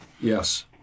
Yes